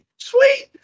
Sweet